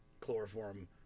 Chloroform